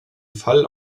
fall